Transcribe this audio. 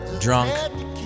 drunk